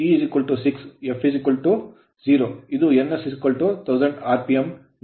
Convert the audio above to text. ಈಗ ns120fP P6 f0 ಇದು ns1000 rpm ನೀಡುತ್ತದೆ